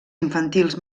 infantils